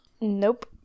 Nope